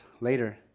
later